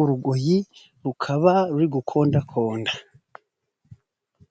urugoyi rukaba ruri gukondakonda.